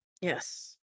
Yes